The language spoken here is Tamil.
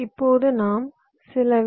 இப்போது நாம் சில வி